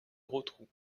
rotrou